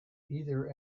either